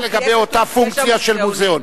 רק לגבי אותה פונקציה של מוזיאון.